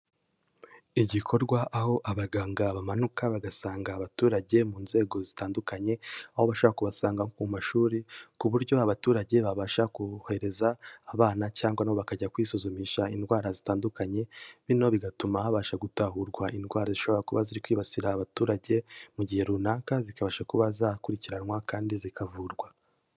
Igikorwa aho abaganga bamanuka bagasanga abaturage mu nzego zitandukanye, aho bashobora kubasanga nko ku mashuri ku buryo abaturage babasha kohereza abana cyangwa na bo bakajya kwisuzumisha indwara zitandukanye, bino bigatuma habasha gutahurwa indwara zishobora kuba ziri kwibasira abaturage, mu gihe runaka zikabasha kuba zakurikiranwa kandi zikavurwa.